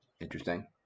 interesting